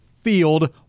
field